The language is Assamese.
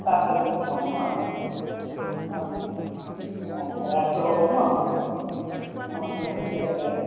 তাতে হ'ম ন অঁ আচ্ছা হ'ব অঁ লাগে আৰু